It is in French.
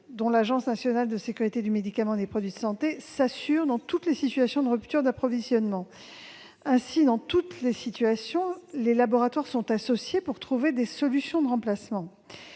dont l'Agence nationale de sécurité du médicament et des produits de santé s'assure dans toutes les situations de rupture d'approvisionnement. Les laboratoires sont donc toujours associés pour trouver des solutions de remplacement,